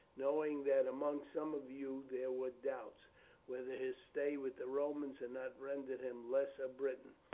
knowing that among some of you there were doubts whether his stay with the romans had not rendered him less a briton.